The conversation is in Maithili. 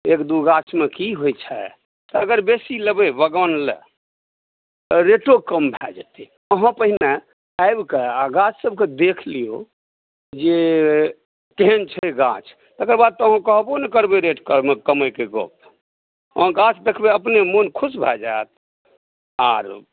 एक दू गाछमे की होइत छै अगर बेसी लेबै बगान लऽ तऽ रेटो कम भए जायत अहाँ पहिने आबिकऽ गाछसभकेँ देखि लियौ जे केहन छै गाछ तेकर बाद तऽ अहाँ कहबो नहि करबै रेट कमैके गप अहाँ गाछ देखबै अपने मन खुश भए जायत आर